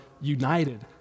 united